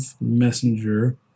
Messenger